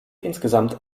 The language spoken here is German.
insgesamt